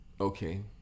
Okay